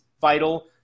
vital